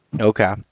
Okay